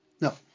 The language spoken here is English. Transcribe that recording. No